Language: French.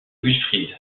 wilfried